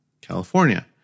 California